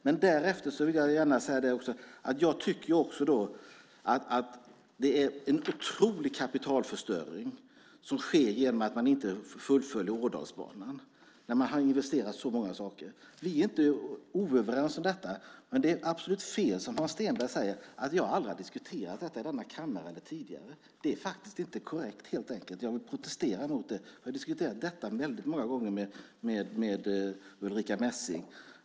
Men därefter vill jag gärna säga att jag tycker att det är en otrolig kapitalförstöring som sker genom att man inte fullföljer Ådalsbanan när man hann investera så mycket. Vi har inte olika åsikter om det. Men det är absolut fel som Hans Stenberg säger att jag aldrig har diskuterat detta i denna kammare tidigare. Det är faktiskt inte korrekt helt enkelt, och jag vill protestera mot det. Jag har diskuterat det väldigt många gånger med Ulrica Messing.